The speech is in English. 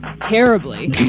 terribly